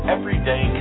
Everyday